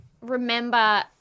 remember